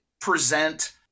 present